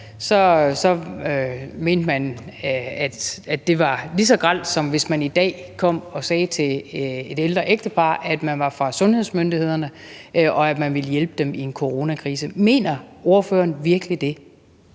mente man, at det var lige så grelt, som hvis nogen i dag kom og sagde til et ældre ægtepar, at de var fra sundhedsmyndighederne, og at de ville hjælpe dem i en coronakrise. Mener ordføreren virkelig det?